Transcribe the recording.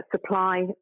supply